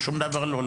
שום דבר לא,